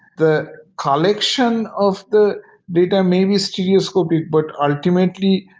the collection of the data may be stereoscopic, but ultimately,